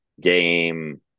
game